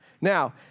Now